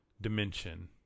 dimension